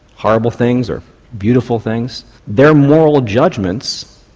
horrible things, or beautiful things, their moral judgements,